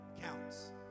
counts